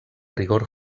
rigor